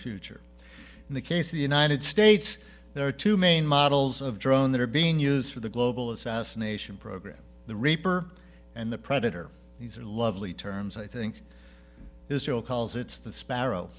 future in the case of the united states there are two main models of drone that are being used for the global assassination program the reaper and the predator these are lovely terms i think israel calls it's the sparrow